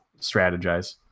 strategize